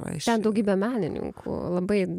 ten daugybę menininkų labai